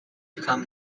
become